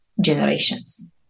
generations